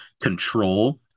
control